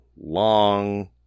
long